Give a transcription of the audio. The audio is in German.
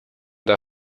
der